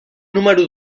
número